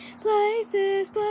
Places